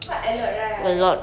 quite a lot right